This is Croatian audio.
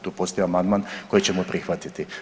Tu postoji amandman koji ćemo prihvatiti.